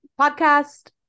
podcast